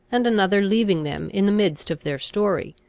and another leaving them in the midst of their story,